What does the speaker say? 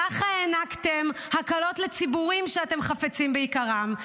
ככה הענקתם הקלות לציבורים שאתם חפצים ביקרם,